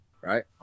right